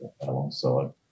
alongside